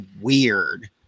weird